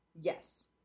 Yes